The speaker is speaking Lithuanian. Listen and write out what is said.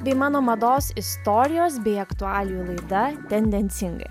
bei mano mados istorijos bei aktualijų laida tendencingai